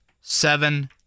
seven